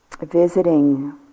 visiting